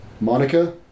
Monica